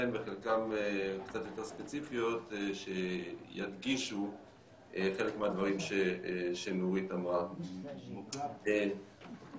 וחלקן קצת יותר ספציפיות שידגישו חלק מהדברים שנורית אמרה פרופ' עינת,